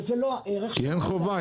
כי אין חובה.